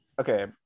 Okay